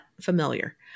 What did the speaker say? familiar